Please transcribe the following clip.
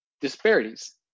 disparities